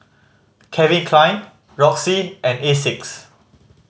Calvin Klein Roxy and Asics